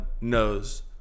knows